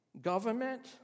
government